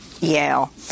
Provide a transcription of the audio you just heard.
Yale